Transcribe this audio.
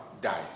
dies